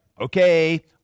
Okay